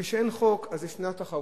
כשאין חוק ישנה תחרות,